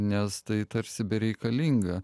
nes tai tarsi bereikalinga